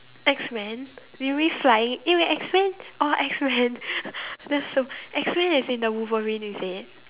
X men you mean flying eh wait X men orh X men that's so X men as in the Wolverine is it